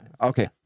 Okay